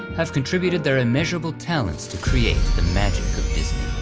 have contributed their immeasurable talents to create the magic of disney.